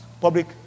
public